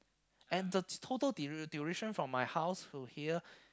and the total dura~ duration from my house to here